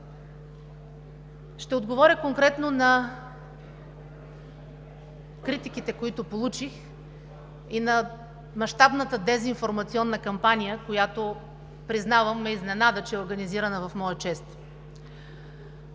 Ще отговоря конкретно на критиките, които получих, и на мащабната дезинформационна кампания, която, признавам, ме изненада, че е организирана в моя част.